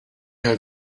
had